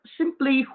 simply